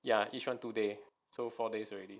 ya each one two day so four days already